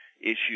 issues